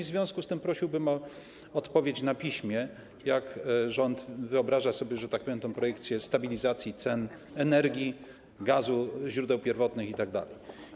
W związku z tym prosiłbym o odpowiedź na piśmie na pytanie, jak rząd wyobraża sobie, że tak powiem, tę projekcję stabilizacji cen energii, gazu, źródeł pierwotnych itd.